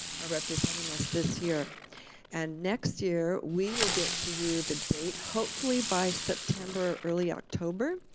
are representing us this year and next year we will get to you the date hopefully by september, early october,